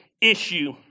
issue